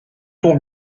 tour